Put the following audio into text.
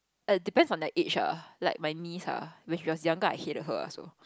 at depends on their age ah like my niece ah when she was younger I hated her so